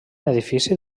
edifici